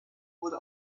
wurde